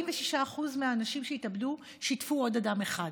46% מהאנשים שהתאבדו שיתפו עוד אדם אחד.